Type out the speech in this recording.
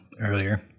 earlier